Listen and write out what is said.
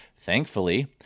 thankfully